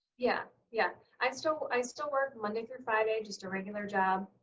yeah, yeah. i still, i still work monday through friday, just a regular job.